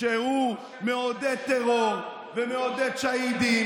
שהוא מעודד טרור ומעודד שהידים,